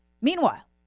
Meanwhile